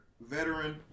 veteran